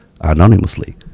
anonymously